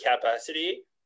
capacity